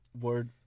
word